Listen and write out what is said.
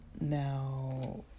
Now